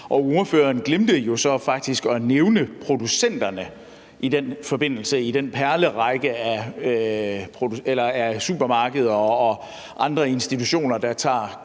forbindelse at nævne producenterne i den perlerække af supermarkeder og andre institutioner, der tager